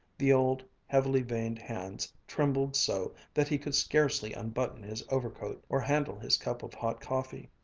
the old, heavily veined hands trembled so that he could scarcely unbutton his overcoat, or handle his cup of hot coffee.